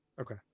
Okay